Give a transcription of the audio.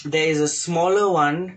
there is a smaller [one]